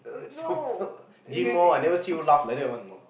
super gym more I never see you laugh like that one